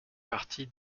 partie